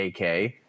AK